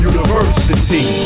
University